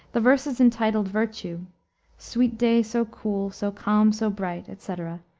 the verses entitled virtue sweet day so cool, so calm, so bright, etc.